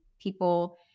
people